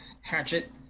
hatchet